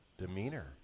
demeanor